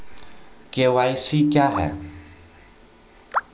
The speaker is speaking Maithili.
के.वाई.सी क्या हैं?